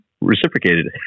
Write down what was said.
reciprocated